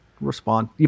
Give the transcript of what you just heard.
respond